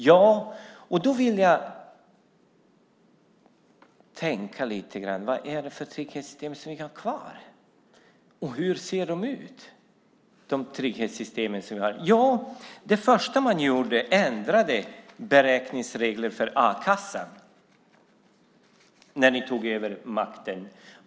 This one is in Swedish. Ja, och då vill jag tänka lite grann: Vad är det för trygghetssystem som vi har kvar, och hur ser de ut? Det första ni gjorde när ni tog över makten var att ändra beräkningsreglerna för a-kassan.